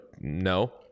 no